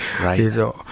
right